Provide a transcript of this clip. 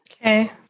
Okay